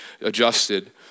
adjusted